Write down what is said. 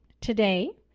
Today